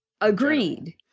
Agreed